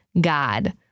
God